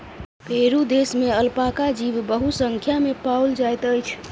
Peru देश में alpaca जीव बहुसंख्या में पाओल जाइत अछि